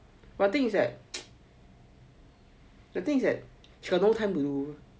the thing is that the things is that she got no time to do